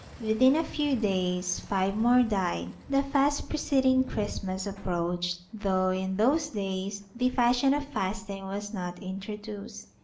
within a few days five more died. the fast preceding christmas approached, though in those days the fashion of fasting was not introduced.